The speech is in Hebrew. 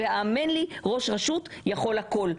האמן לי שראש רשות יכול הכול.